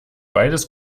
beides